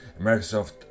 Microsoft